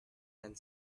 and